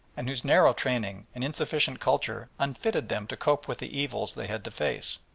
and whose narrow training and insufficient culture unfitted them to cope with the evils they had to face,